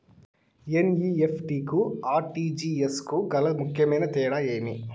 NEFT కు RTGS కు గల ముఖ్యమైన తేడా ఏమి?